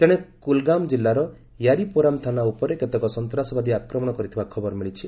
ତେଣେ କୁଲଗାମ୍ ଜିଲ୍ଲାର ୟାରିପୋରାମ ଥାନା ଉପରେ କେତେକ ସନ୍ତାସବାଦୀ ଆକ୍ରମଣ କରିଥିବା ଖବର ମିଳିଛି